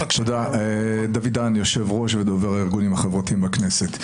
דוד דהן, יושב-ראש ודובר הארגונים החברתיים בכנסת.